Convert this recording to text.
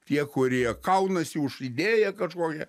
tie kurie kaunasi už idėją kažkokią